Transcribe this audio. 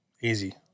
easy